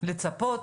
לצפות